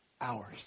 hours